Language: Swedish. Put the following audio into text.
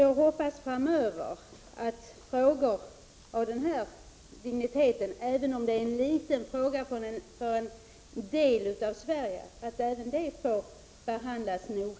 Jag hoppas alltså att frågor av den här digniteten — även om detta är en liten fråga som berör bara en del av Sverige — kommer att få en noggrann behandling.